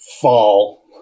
fall